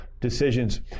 decisions